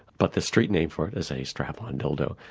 but the street name for it is a strap-on dildo.